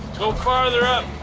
so farther up.